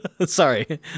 sorry